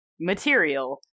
material